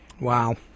Wow